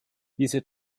diese